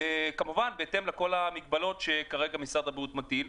בהתאם לכל המגבלות שכרגע משרד הבריאות מטיל.